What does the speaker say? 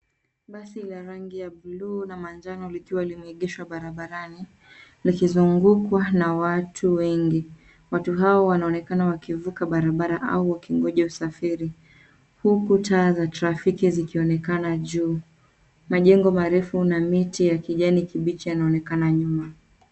Basi la rangi ya buluu na manjano likiwa limeegeshwa barabarani likizungukwa na watu wengi. Watu hawa wanaonekana wakivuka barabara au wakingonja usafiri, huku taa za trafiki zikionekana juu. Majengo marefu na miti ya kijani kibichi yanaonekana nyuma.